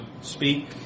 speak